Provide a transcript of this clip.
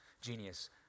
genius